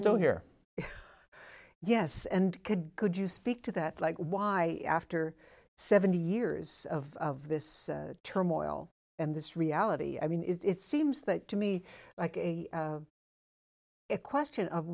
still here yes and could could you speak to that like why after seventy years of this turmoil and this reality i mean it's seems that to me like a question of